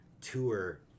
tour